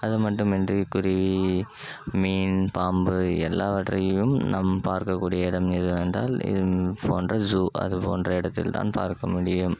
அது மட்டுமின்றி குருவி மீன் பாம்பு எல்லாவற்றையும் நாம் பார்க்கக் கூடிய இடம் எதுவென்றால் இது போன்ற ஜூ அது போன்ற இடத்தில் தான் பார்க்க முடியும்